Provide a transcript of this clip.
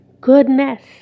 Goodness